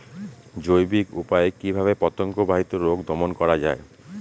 জৈবিক উপায়ে কিভাবে পতঙ্গ বাহিত রোগ দমন করা যায়?